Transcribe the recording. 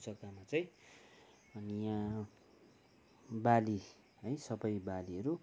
जग्गामा चाहिँ अनि यहाँ बाली है सबै बालीहरू